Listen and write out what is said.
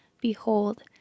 Behold